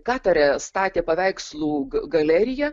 katare statė paveikslų ga galeriją